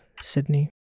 Sydney